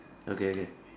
okay okay